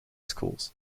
schools